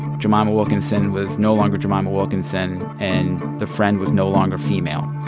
jemima wilkinson was no longer jemima wilkinson, and the friend was no longer female